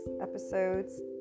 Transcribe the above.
Episodes